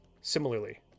similarly